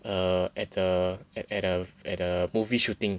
err at a at at a at a movie shooting